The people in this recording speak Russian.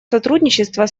сотрудничества